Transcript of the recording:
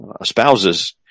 espouses